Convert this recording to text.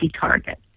target